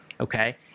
Okay